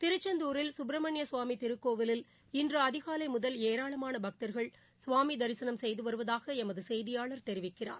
திருச்செந்தூரில் சுப்பிரமணிய சுவாமி திருக்கோவிலில் இன்று அதிகாலை முதல் ஏராளமான பக்தர்கள் சுவாமி தரிசனம் செய்துவருவதாக எமது செய்தியாளர் தெரிவிக்கிறார்